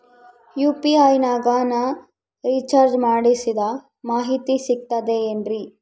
UPI ನಾಗ ನಾ recharge ಮಾಡಿಸಿದ ಮಾಹಿತಿ ಸಿಕ್ತದೆ ಏನ್ರಿ?